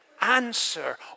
answer